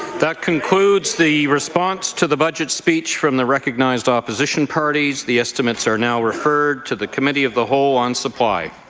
that concludes the response to the budget speech from the recognized opposition parties. the estimates are now referred to the committee of the whole on supply.